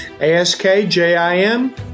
A-S-K-J-I-M